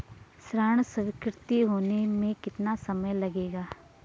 ऋण स्वीकृति होने में कितना समय लगेगा?